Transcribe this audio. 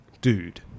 dude